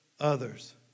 others